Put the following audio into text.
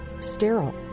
Sterile